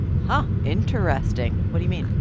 huh interesting. what do you mean?